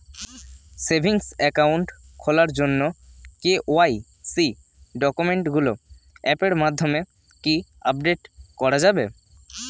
Savings account খোলার জন্য KYC ডকুমেন্টগুলো অ্যাপের মাধ্যমে কি আপডেট করা যাবে?